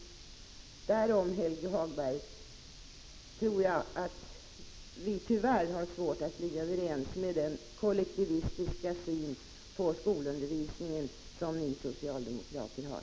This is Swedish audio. Jag tror, Helge Hagberg, att vi tyvärr har svårt att bli överens om den kollektivistiska syn på skolundervisningen som ni socialdemokrater har.